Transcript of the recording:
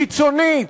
קיצונית,